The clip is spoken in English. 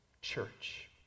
church